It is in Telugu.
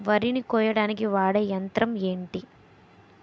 వరి ని కోయడానికి వాడే యంత్రం ఏంటి?